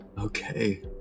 Okay